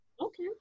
Okay